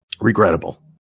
regrettable